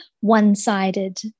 one-sided